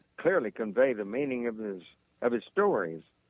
clearly convey the meaning of his of his stories.